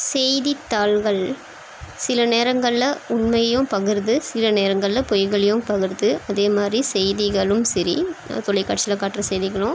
செய்தித்தாள்கள் சில நேரங்களில் உண்மையும் பகிருது சிலநேரங்களளில் பொய்களையும் பகிருது அதேமாதிரி செய்திகளும் சரி தொலைக்காட்சியில் காட்டுற செய்திகளும்